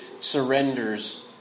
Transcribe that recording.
surrenders